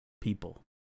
people